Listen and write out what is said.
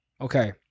Okay